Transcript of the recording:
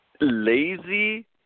lazy